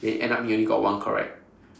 then end up he only got one correct